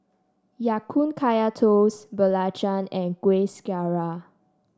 Ya Kun Kaya Toast Belacan and Kuih Syara